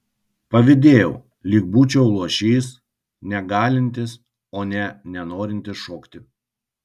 pavydėjau lyg būčiau luošys negalintis o ne nenorintis šokti